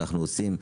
ואנחנו עושים,